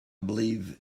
believe